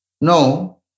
No